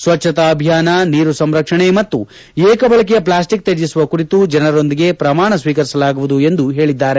ಸ್ವಜ್ವತಾ ಅಭಿಯಾನ ನೀರು ಸಂರಕ್ಷಣೆ ಮತ್ತು ಏಕ ಬಳಕೆಯ ಪ್ಲಾಸ್ಟಿಕ್ ತ್ಯಜಿಸುವ ಕುರಿತು ಜನರೊಂದಿಗೆ ಪ್ರಮಾಣ ಸ್ವೀಕರಿಸಲಾಗುವುದು ಎಂದು ಹೇಳಿದ್ದಾರೆ